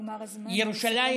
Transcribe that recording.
ירושלים